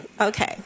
Okay